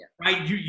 right